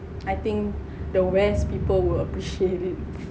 I think the west people will appreciate it